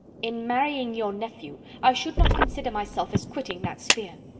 in marrying your nephew, i should not consider myself as quitting that sphere.